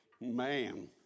man